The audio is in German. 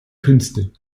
künste